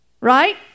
Right